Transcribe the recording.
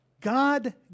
God